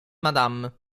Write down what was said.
madame